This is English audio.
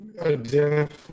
identify